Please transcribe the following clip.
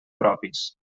propis